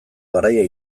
garaia